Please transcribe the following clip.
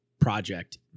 project